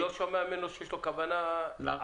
לא שומע ממנו שיש לו כוונה עתידית.